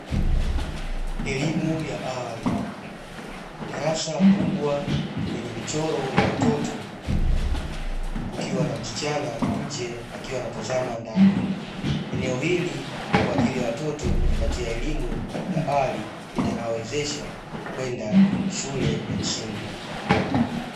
Elimu ya awali. Darasa kubwa lenye michoro ya watoto, kukiwa na mschana nje anatazama ndani. Eneo hili ni kwaajili ya watoto kujipatia elimu ya awali itakayowawezesha kwenda shule ya msingi.